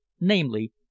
namely